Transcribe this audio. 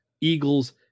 Eagles